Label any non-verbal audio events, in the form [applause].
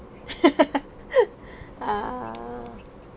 [laughs] err